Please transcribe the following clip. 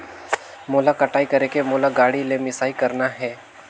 मोला कटाई करेके मोला गाड़ी ले मिसाई करना हे?